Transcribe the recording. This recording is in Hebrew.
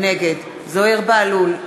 נגד זוהיר בהלול,